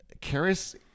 Karis